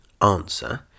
answer